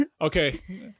Okay